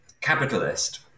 capitalist